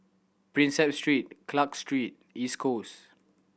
Prinsep Street Clarke Street East Coast